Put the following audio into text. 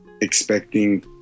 expecting